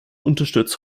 unterstützt